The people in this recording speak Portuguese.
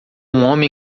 homem